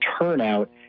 turnout